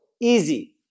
easy